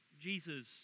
Jesus